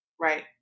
Right